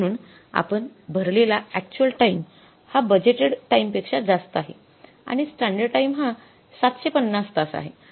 म्हणून आपण भरलेला अक्चुअल टाईम हा बजेटेड टाईम पेक्षा जास्त आहे आणि स्टॅंडर्ड टाईम हा ७५० तास आहे